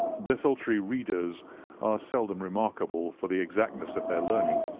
desultory readers are seldom remarkable for the exactness of their learning.